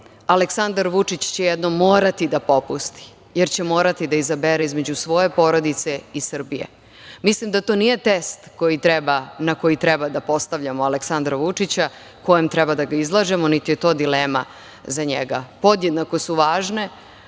Aleksandar Vučić će jednom morati da popusti, jer će morati da izabere između svoje porodice i Srbije. Mislim da to nije test na koji treba da postavljamo Aleksandra Vučića, kojem treba da ga izlažemo, niti je to dilema za njega. Podjednako su važne